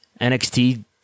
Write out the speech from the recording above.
NXT